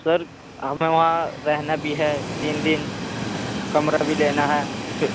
سر ہمیں وہاں رہنا بھی ہے تین دن کمرہ بھی لینا ہے پھر